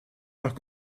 nach